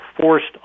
forced